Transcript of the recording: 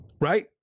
Right